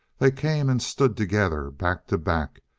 they came and stood together, back to back,